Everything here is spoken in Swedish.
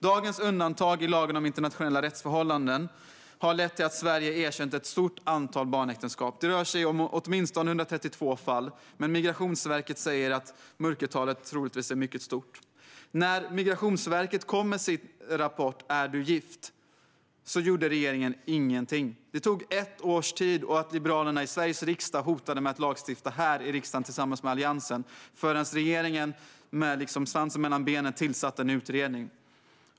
Dagens undantag i lagen om internationella rättsförhållanden har lett till att Sverige har erkänt ett stort antal barnäktenskap. Det rör sig om åtminstone 132 fall, men Migrationsverket säger att mörkertalet troligtvis är mycket stort. När Migrationsverket kom med sin rapport Är du gift? gjorde regeringen ingenting. Det tog ett år - och Liberalerna i Sveriges riksdag hotade med att lagstifta i riksdagen tillsammans med övriga i Alliansen - tills regeringen, med svansen mellan benen, tillsatte en utredning.